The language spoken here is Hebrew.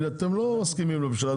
אתם לא מסכימים לפשרה,